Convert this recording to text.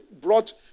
brought